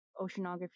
oceanography